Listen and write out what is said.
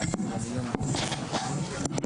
חברת הכנסת לימור סון הר